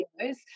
videos